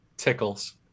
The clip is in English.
tickles